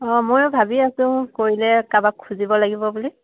অঁ মই ভাবি আছোঁ কৰিলে কাৰোবাক খুজিব লাগিব বুলি